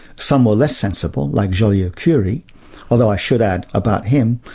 some were less sensible, like joliot-curie, although i should add about him,